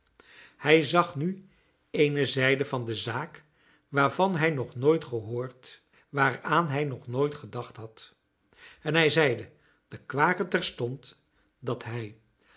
hij zag nu eene zijde van de zaak waarvan hij nog nooit gehoord waaraan hij nog nooit gedacht had en hij zeide den kwaker terstond dat hij